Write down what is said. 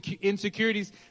insecurities